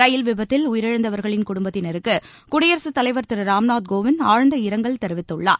ரயில் விபத்தில் உயிரிழந்தவர்களின் குடும்பத்தினருக்கு குடியரசுத் தலைவர் திரு ராம்நாத் கோவிந்த் ஆழ்ந்த இரங்கல் தெரிவித்துள்ளார்